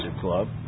club